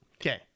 Okay